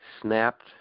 snapped